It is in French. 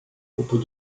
propos